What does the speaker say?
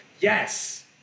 Yes